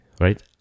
right